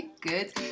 Good